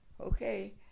okay